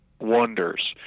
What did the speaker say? wonders